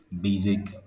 basic